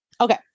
Okay